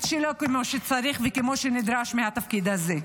שלו כמו שצריך וכמו שנדרש מהתפקיד הזה.